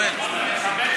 חמש דקות.